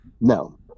no